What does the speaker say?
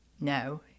no